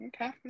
Okay